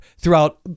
throughout